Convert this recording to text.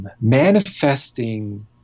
Manifesting